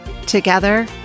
Together